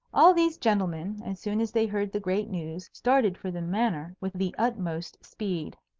all these gentlemen, as soon as they heard the great news, started for the manor with the utmost speed.